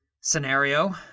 scenario